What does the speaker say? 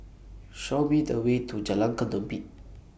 Show Me The Way to Jalan Ketumbit